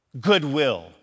goodwill